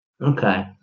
Okay